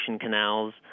canals